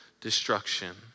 destruction